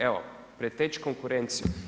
Evo, preteći konkurenciju.